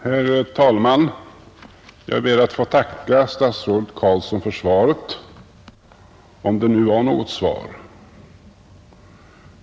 Herr talman! Jag ber att få tacka statsrådet Carlsson för svaret — om det nu var något svar.